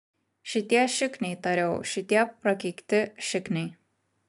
šitie šikniai tariau šitie prakeikti šikniai